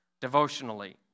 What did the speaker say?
devotionally